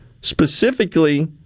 specifically